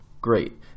great